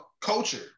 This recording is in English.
culture